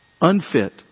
Unfit